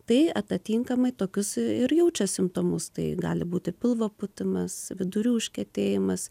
tai atatinkamai tokius ir jaučia simptomus tai gali būti pilvo pūtimas vidurių užkietėjimas